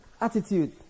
attitude